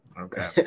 Okay